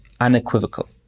unequivocal